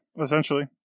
essentially